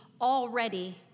already